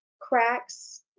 cracks